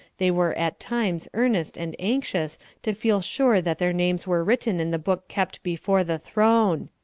they were at times earnest and anxious to feel sure that their names were written in the book kept before the throne.